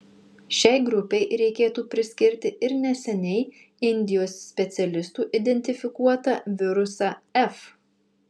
šiai grupei reikėtų priskirti ir neseniai indijos specialistų identifikuotą virusą f